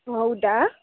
ಓಹ್ ಹೌದಾ